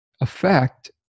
effect